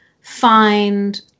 find